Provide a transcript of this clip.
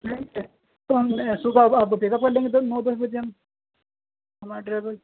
rent تو ہم صبح آپ کو پک اپ کر لیں گے نو دس بجے ہم ہمارا ڈرائیور